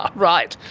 right!